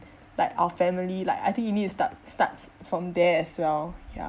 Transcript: like our family like I think you need to start starts from there as well ya